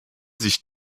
sich